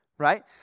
Right